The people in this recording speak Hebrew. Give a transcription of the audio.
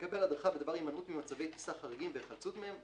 יקבל הדרכה בדבר הימנעות ממצבי טיסה חריגים והיחלצות מהם (UPRT)